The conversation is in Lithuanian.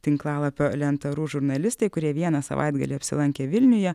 tinklalapio lenta ru žurnalistai kurie vieną savaitgalį apsilankė vilniuje